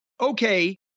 Okay